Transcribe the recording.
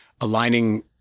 aligning